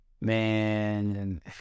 man